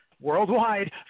worldwide